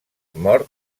mort